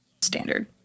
standard